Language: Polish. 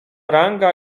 ranga